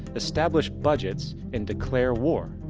establish budgets, and declare war.